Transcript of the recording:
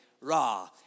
ra